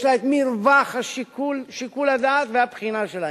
יש לה מרווח שיקול הדעת והבחינה של העניין.